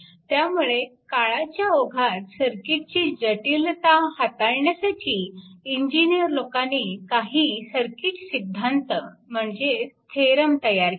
त्यामुळे काळाच्या ओघात सर्किटची जटिलता हाताळण्यासाठी इंजिनिअर लोकांनी काही सर्किट सिद्धांत म्हणजेच थेरम तयार केले